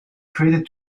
created